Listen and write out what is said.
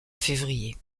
février